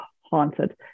haunted